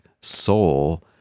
soul